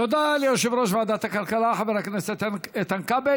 תודה ליושב-ראש ועדת הכלכלה חבר הכנסת איתן כבל.